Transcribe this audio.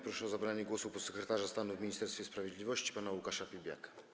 Proszę o zabranie głosu podsekretarza stanu w Ministerstwie Sprawiedliwości pana Łukasza Piebiaka.